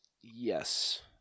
Yes